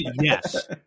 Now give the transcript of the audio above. yes